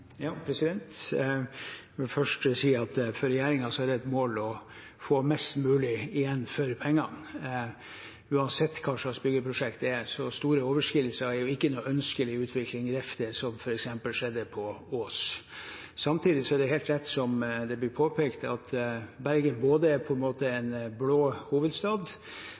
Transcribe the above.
vil først si at for regjeringen er det et mål å få mest mulig igjen for pengene uansett hva slags byggeprosjekt det er. Store overskridelser er ikke noen ønskelig utvikling, jf. det som f.eks. skjedde på Ås. Samtidig er det helt rett som det ble påpekt, at Bergen både er en blå hovedstad